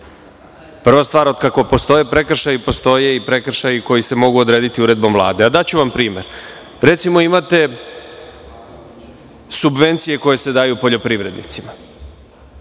Prva stvar, otkako postoje prekršaji postoje i prekršaji koji se mogu odrediti uredbom Vlade. Daću vam primer. Recimo, imate subvencije koje se daju poljoprivrednicima.